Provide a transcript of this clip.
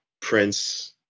Prince